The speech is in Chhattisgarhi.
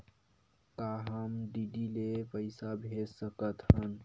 का हम डी.डी ले पईसा भेज सकत हन?